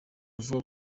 avuga